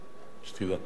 שתדע.